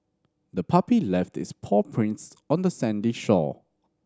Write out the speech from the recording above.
the puppy left its paw prints on the sandy shore